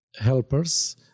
helpers